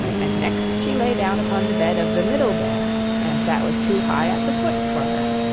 and next she lay down upon the bed of the middle bear, and that was too high at the foot for her.